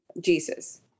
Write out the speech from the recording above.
jesus